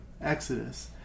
Exodus